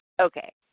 Okay